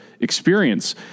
experience